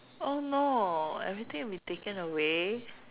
oh no everything will be taken away